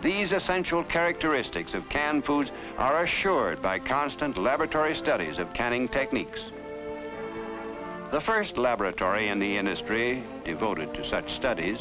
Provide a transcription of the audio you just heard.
these essential characteristics of canned food are assured by constant laboratory studies of canning techniques the first laboratory in the industry devoted to such studies